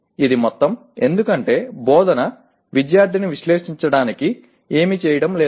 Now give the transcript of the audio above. ఇది మొత్తం ఎందుకంటే 'బోధన' విద్యార్థిని విశ్లేషించడానికి ఏమీ చేయడం లేదు